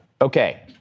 Okay